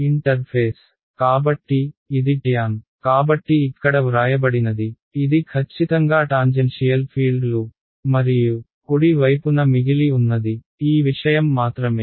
interface కాబట్టి ఇది tan కాబట్టి ఇక్కడ వ్రాయబడినది ఇది ఖచ్చితంగా టాంజెన్షియల్ ఫీల్డ్లు మరియు కుడి వైపున మిగిలి ఉన్నది ఈ విషయం మాత్రమే